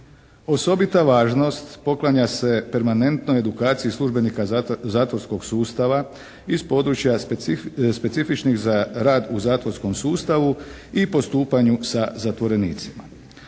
Osobita važnost poklanja se permanentno službenika zatvorskog sustava iz područja specifičnih za rad u zatvorskom sustavu i postupanju sa zatvorenicima.